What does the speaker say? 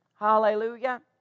Hallelujah